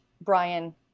Brian